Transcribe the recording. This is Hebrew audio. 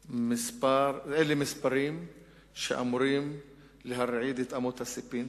אלה מספרים שאמורים להרעיד את אמות הספים.